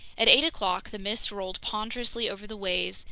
at eight o'clock the mist rolled ponderously over the waves,